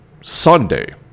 Sunday